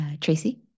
Tracy